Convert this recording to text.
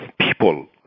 people